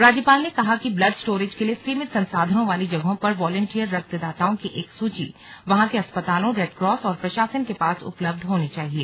राज्यपाल ने कहा कि ब्लड स्टोरेज के लिए सीमित संसाधनों वाली जगहों पर वॉलन्टियर रक्तदाताओं की एक सूची वहां के अस्पतालों रेडक्रॉस और प्रशासन के पास उपलब्ध होनी चाहिए